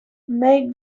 may